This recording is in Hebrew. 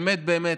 באמת באמת,